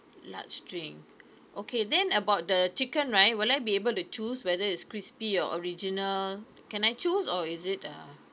large drink okay then about the chicken right will I be able to choose whether it's crispy or original can I choose or is it uh